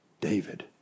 David